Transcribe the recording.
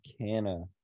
Canna